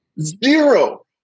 Zero